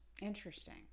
Interesting